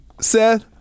Seth